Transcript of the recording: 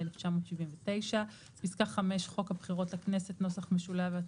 התש"ם 1979‏; (5) חוק הבחירות לכנסת [נוסח משולב],